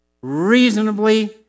reasonably